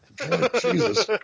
Jesus